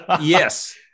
Yes